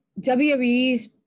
WWE's